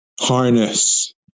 harness